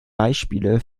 beispiele